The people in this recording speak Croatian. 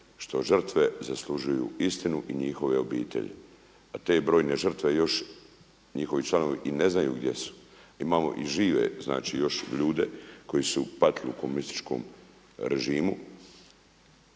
što žrtve zaslužuju istinu i njihove obitelji, a te brojne žrtve još, njihovi članovi i ne znaju gdje su. Imamo i žive, znači još ljude koji su patili u komunističkom režimu